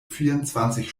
vierundzwanzig